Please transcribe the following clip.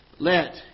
Let